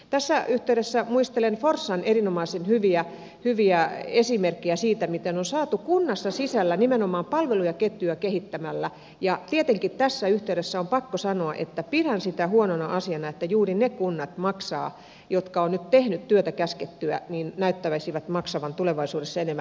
tässä yhteydessä muistelen forssan erinomaisen hyviä esimerkkejä siitä mitä on saatu aikaan kunnan sisällä nimenomaan palveluketjuja kehittämällä ja tietenkin tässä yhteydessä on pakko sanoa että pidän huonona asiana että juuri ne kunnat jotka nyt ovat tehneet työtä käskettyä näyttäisivät maksavan tulevaisuudessa enemmän